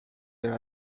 there